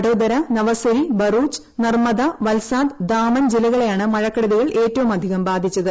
വഡോധര നവസരി ബറൂച്ച് നർമ്മദ വൽസാദ് ദാമൻ ജില്ലകളെയാണ് മഴക്കെടുതികൾ ഏറ്റവുമധികം ബാധിച്ചത്